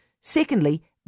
Secondly